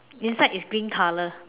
inside is green color